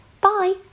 Bye